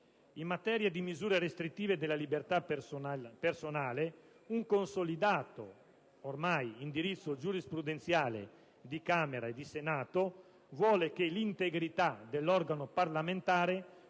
In materia di misure restrittive della libertà personale, un ormai consolidato indirizzo giurisprudenziale di Camera e di Senato vuole che l'integrità dell'organo parlamentare